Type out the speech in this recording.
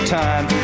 time